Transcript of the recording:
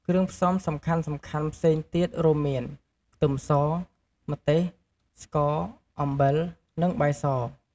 គ្រឿងផ្សំសំខាន់ៗផ្សេងទៀតរួមមាន ខ្ទឹមស ម្ទេស ស្ករ អំបិល និងបាយស។